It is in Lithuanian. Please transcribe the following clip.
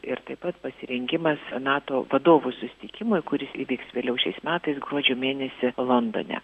ir taip pat pasirengimas nato vadovų susitikimui kuris įvyks vėliau šiais metais gruodžio mėnesį londone